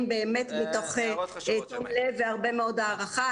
באמת מתוך תום לב והרבה מאוד הערכה,